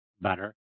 better